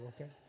okay